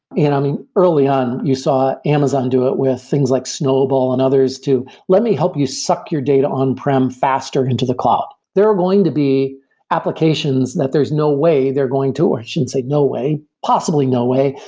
and um early on, you saw amazon do it with things like snowball and others to let me help you suck your data on-prem faster into the cloud. there are going to be applications that there's no way they're going to, or i shouldn't say no way. possibly no way,